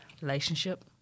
relationship